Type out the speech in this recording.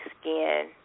skin